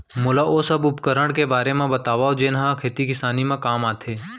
मोला ओ सब उपकरण के बारे म बतावव जेन ह खेती किसानी म काम आथे?